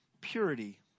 purity